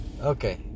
okay